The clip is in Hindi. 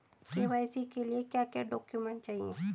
के.वाई.सी के लिए क्या क्या डॉक्यूमेंट चाहिए?